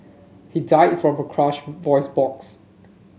he died from a crushed voice box